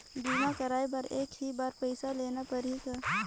बीमा कराय बर एक ही बार पईसा देना पड़ही का?